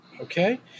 Okay